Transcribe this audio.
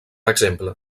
exemple